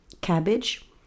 cabbage